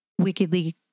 wickedly